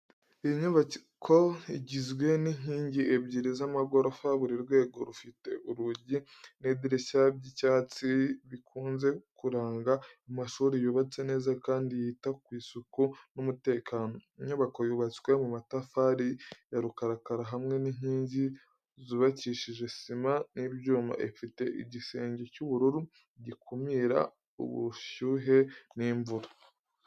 Iyi nyubako igizwe n’inkingi ebyiri z’amagorofa. Buri rwego rufite urugi n’idirishya by’icyatsi, bikunze kuranga amashuri yubatse neza kandi yita ku isuku n’umutekano. Inyubako yubatswe mu matafari ya rukarakara hamwe n’inkingi zubakishije sima n'ibyuma. Ifite igisenge cy’ubururu gikumira ubushyuhe n’imvura.